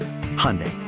Hyundai